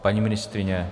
Paní ministryně?